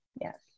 Yes